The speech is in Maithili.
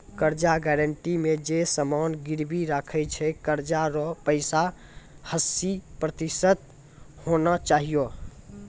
कर्जा गारंटी मे जे समान गिरबी राखै छै कर्जा रो पैसा हस्सी प्रतिशत होना चाहियो